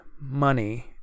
money